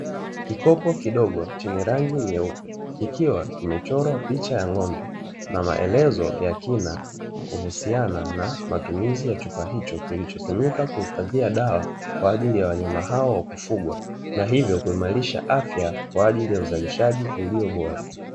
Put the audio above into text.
Kikopo kidogo chenye rangi nyeupe, kikiwa kimechorwa picha ya ng'ombe na maelezo ya kina kuhusiana na matumizi ya chupa hicho, kilichotumika kuhifadhia dawa kwa ajili ya wanyama hao wa kufugwa na hivyo kuimarisha afya kwa ajili ya uzalishaji uliobora.